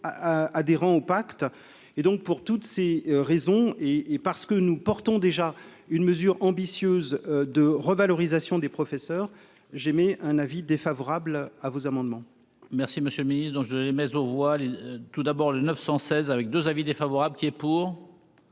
adhérent au pacte et donc pour toutes ces raisons et parce que nous portons déjà une mesure ambitieuse de revalorisation des professeurs, j'émets un avis défavorable à vos amendements. Merci, monsieur le Ministre, dont je les maisons voile et tout d'abord le 916 avec 2 avis défavorables. C'est pour